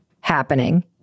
happening